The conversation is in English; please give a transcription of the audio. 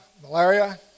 malaria